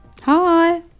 Hi